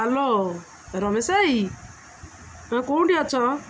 hello Ramesh ଭାଇ ତୁମେ କୋଉଠି ଅଛ